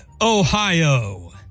Ohio